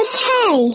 Okay